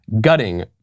gutting